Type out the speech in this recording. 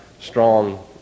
strong